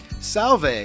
Salve